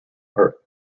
earth